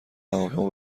هواپیما